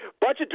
budget